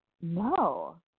No